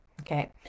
Okay